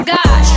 God